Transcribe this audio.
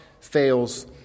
fails